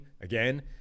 again